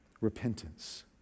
Repentance